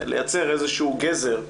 לייצר גזר.